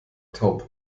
taub